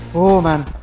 oh man!